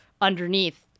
underneath